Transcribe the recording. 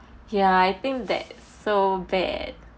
ya I think that's so bad